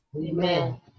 Amen